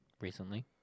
recently